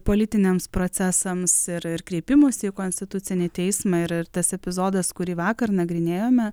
politiniams procesams ir kreipimosi į konstitucinį teismą ir tas epizodas kurį vakar nagrinėjome